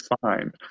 fine